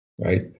right